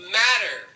matter